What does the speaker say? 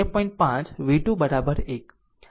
5 v2 1